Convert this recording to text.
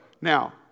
now